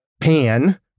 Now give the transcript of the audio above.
pan